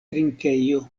trinkejo